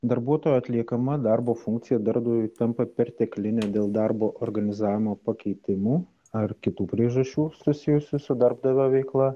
darbuotojo atliekama darbo funkcija darbdaviui tampa perteklinė dėl darbo organizavimo pakeitimų ar kitų priežasčių susijusių su darbdavio veikla